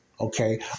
Okay